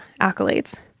accolades